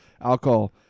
alcohol